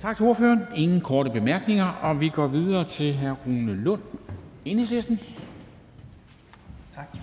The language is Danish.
Tak til ordføreren. Der er ingen korte bemærkninger, og vi går videre til hr. Rune Lund, Enhedslisten. Kl. 13:11 (Ordfører) Rune Lund (EL): Tak.